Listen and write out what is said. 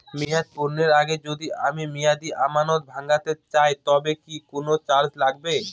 মেয়াদ পূর্ণের আগে যদি আমি মেয়াদি আমানত ভাঙাতে চাই তবে কি কোন চার্জ লাগবে?